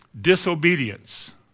disobedience